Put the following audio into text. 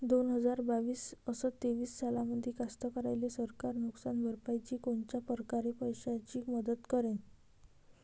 दोन हजार बावीस अस तेवीस सालामंदी कास्तकाराइले सरकार नुकसान भरपाईची कोनच्या परकारे पैशाची मदत करेन?